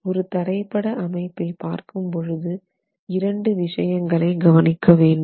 ஒரு தரைப்பட அமைப்பை பார்க்கும் போது இரண்டு விஷயங்களை கவனிக்க வேண்டும்